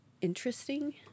interesting